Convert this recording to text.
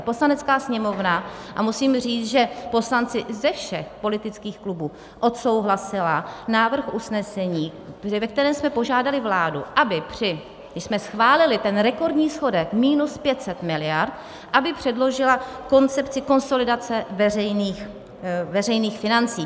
Poslanecká sněmovna a musím říct, že poslanci ze všech politických klubů odsouhlasila návrh usnesení, ve kterém jsme požádali vládu, aby když jsme schválili ten rekordní schodek minus 500 mld. aby předložila koncepci konsolidace veřejných financí.